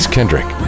Kendrick